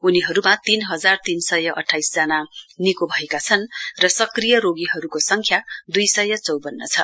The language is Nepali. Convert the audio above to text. उनीहरूमा तीन हजार तीन सय अठाइस जना निको भएका छन् र सक्रिय रोगीहरूको संख्या दुई सय चौवन्न छ